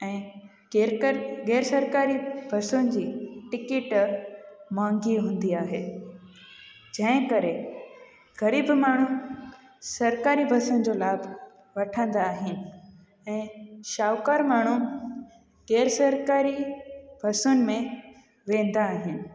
ऐं केरु केरु ग़ैर सरकारी बसियुनि जी टिकेट महांगी हूंदी आहे जंहिं करे ग़रीब माण्हू सरकारी बसियुनि जो लाभ वठंदा आहिनि ऐं शाहूकार माण्हू ग़ैर सरकारी बसियुनि में वेंदा आहिनि